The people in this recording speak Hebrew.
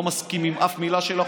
לא מסכים עם אף מילה שלך,